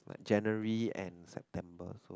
like January and September so